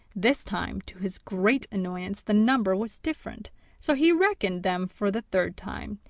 this time, to his great annoyance, the number was different so he reckoned them for the third time,